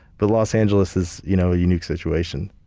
but los angeles is you know a unique situation.